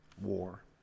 War